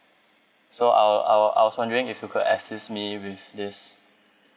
so I'll I'll I was wondering if you could assist me with this